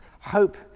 hope